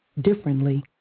differently